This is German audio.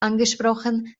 angesprochen